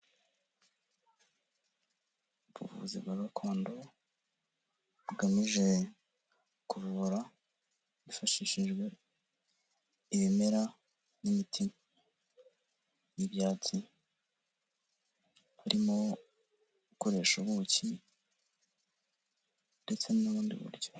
Ubuvuzi bwa gakondo bugamije kuvura hifashishijwe ibimera n'imiti n'ibyatsi, harimo gukoresha ubuki ndetse n'ubundi buryo.